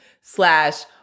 slash